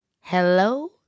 Hello